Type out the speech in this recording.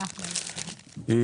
2022-013181,